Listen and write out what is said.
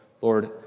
Lord